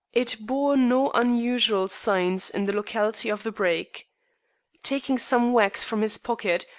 it bore no unusual signs in the locality of the break taking some wax from his pocket,